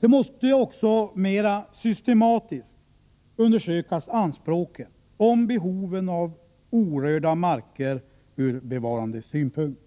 Man måste också mer systematiskt undersöka behoven av orörda marker ur bevarandesynpunkt.